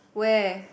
where